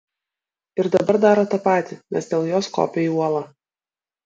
ir dabar daro tą patį nes dėl jos kopia į uolą